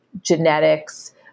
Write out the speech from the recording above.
genetics